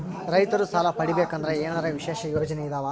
ರೈತರು ಸಾಲ ಪಡಿಬೇಕಂದರ ಏನರ ವಿಶೇಷ ಯೋಜನೆ ಇದಾವ?